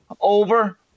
over